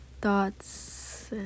thoughts